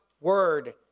word